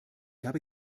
habe